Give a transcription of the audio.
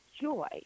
joy